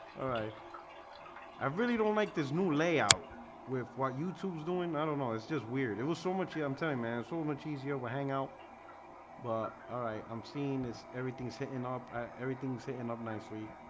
alright i really don't like this new layout with what youtube is doing. i don't know. it's just weird. it was so much yeah, i'm telling man so much easier hangout but alright i'm seeing is everything sitting up ah everything sitting up nicely?